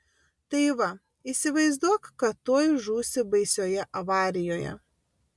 tai va įsivaizduok kad tuoj žūsi baisioje avarijoje